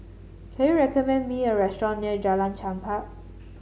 can you recommend me a restaurant near Jalan Chempah